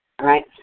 Right